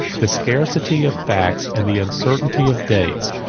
the scarcity of facts, and the uncertainty of dates,